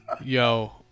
yo